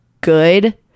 good